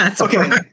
Okay